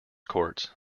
courts